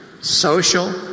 social